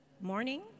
Morning